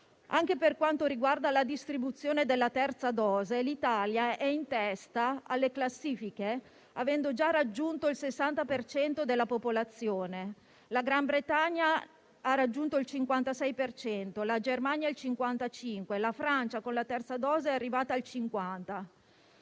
Anche per quanto riguarda la distribuzione della terza dose, l'Italia è in testa alle classifiche, avendo già raggiunto il 60 per cento della popolazione. La Gran Bretagna ha raggiunto il 56 per cento, la Germania il 55 e la Francia con la terza dose è arrivata al 50